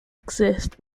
exist